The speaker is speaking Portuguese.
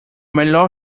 melhor